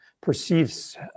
perceives